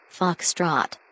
Foxtrot